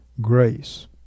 grace